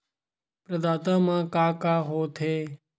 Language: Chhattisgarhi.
प्रदाता मा का का हो थे?